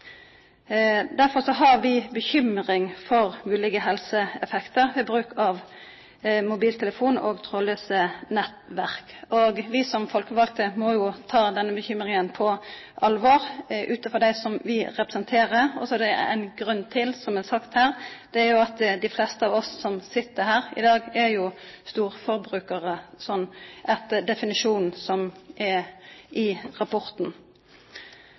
Derfor har vi bekymring for moglege helseeffektar ved bruk av mobiltelefon og trådlause nettverk. Vi som folkevalde må jo ta denne bekymringa på alvor ut frå dei som vi representerer. Og så er det ein grunn til, som det er sagt her. Det er at dei fleste av oss som sit her i dag, er storforbrukarar etter definisjonen i rapporten. Ut frå det som helsekomiteen har vore oppteken av i